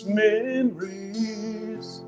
memories